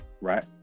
right